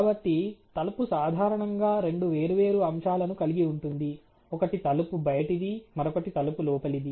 కాబట్టి తలుపు సాధారణంగా రెండు వేర్వేరు అంశాలను కలిగి ఉంటుంది ఒకటి తలుపు బయటిది మరొకటి తలుపు లోపలిది